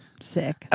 Sick